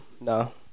no